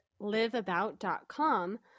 liveabout.com